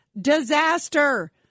disaster